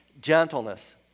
gentleness